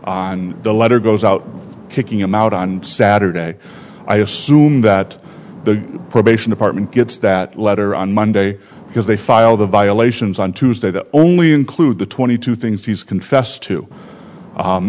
on the letter goes out kicking him out on saturday i assume that the probation department gets that letter on monday because they file the violations on tuesday that only include the twenty two things he's confessed to